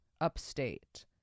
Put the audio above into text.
Upstate